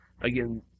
again